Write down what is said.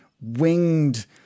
winged